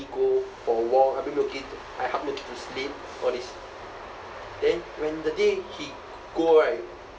go for walk I bring milky I hug milky to sleep all this then when the day he go right